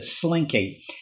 slinky